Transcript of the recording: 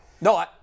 No